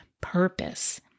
purpose